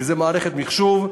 כי זו מערכת מחשוב,